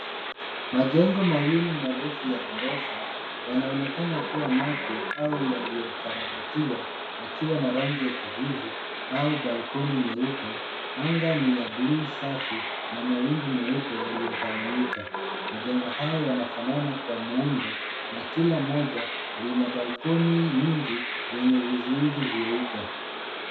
Majengo mawili marefu ya ghorofa yanaonekana kuwa mapya au yaliyokarabatiwa yakiwa na rangi ya kijivu au balkoni nyeupe. Anga ni ya buluu safi na mawingu meupe yaliyotawanyika. Majengo hayo yanafanana kwa muundo na kila moja lina balkoni nyingi zenye vizuizi vyeupe.